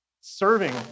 serving